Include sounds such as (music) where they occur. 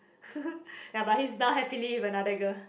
(laughs) ya but he's now happily with another girl